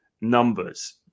Numbers